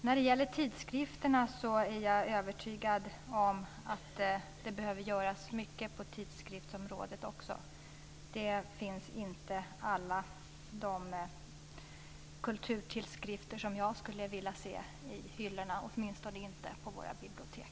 När det gäller tidskriftsområdet är jag också övertygad om att det behöver göras mycket. Alla de kulturtidskrifter som jag skulle vilja se finns inte i hyllorna - åtminstone inte på våra bibliotek.